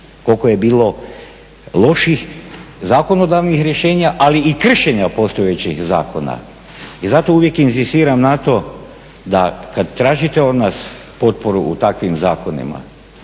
koliko je bilo loših zakonodavnih rješenja, ali i kršenja postojećih zakona. I zato uvijek inzistiram na to da kad tražite od nas potporu u takvim zakonima,